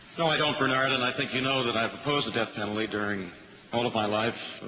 no, i don't, bernard, and i think you know that i've opposed the death penalty during all of my life.